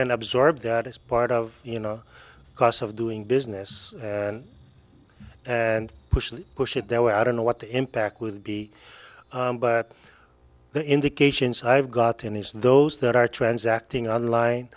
and absorb that as part of you know a cost of doing business and push it push it that way i don't know what the impact will be but the indications i've gotten is those that are transacting online